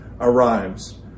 arrives